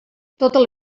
totes